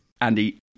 Andy